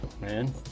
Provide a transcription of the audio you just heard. man